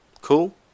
Cool